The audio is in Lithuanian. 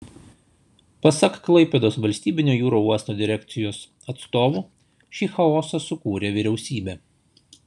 pasak klaipėdos valstybinio jūrų uosto direkcijos atstovų šį chaosą sukūrė vyriausybė